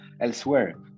elsewhere